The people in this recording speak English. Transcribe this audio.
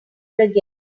again